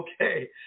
okay